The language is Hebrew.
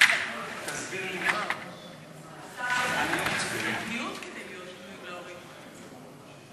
ההצעה להעביר את הנושא לוועדת הכלכלה נתקבלה.